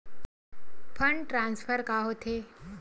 Fund transfer का होथे?